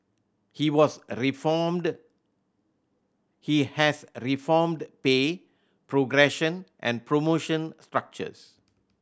he was reformed he has reformed pay progression and promotion structures